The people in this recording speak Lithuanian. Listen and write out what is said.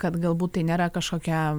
kad galbūt tai nėra kažkokia